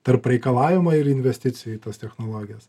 tarp reikalavimo ir investicijų į tas technologijas